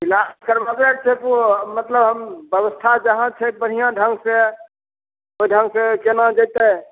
ईलाज करबाबैके छै मतलब हम व्यवस्था जहाँ छै बढ़िऑं ढंग से ओहि ढंग से केना जे छै